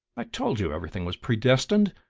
i told you everything was predestined!